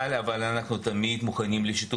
וגם חשוב לי להדגיש, אנחנו לא מדברים פה על הפרדה